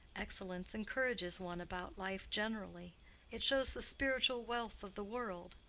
excellence encourages one about life generally it shows the spiritual wealth of the world.